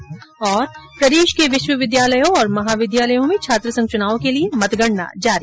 ्र प्रदेश के विश्वविद्यालयों और महाविद्यालयों में छात्रसंघ चुनाव के लिये मतगणना जारी